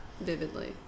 vividly